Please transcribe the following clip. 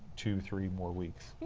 two, three more weeks.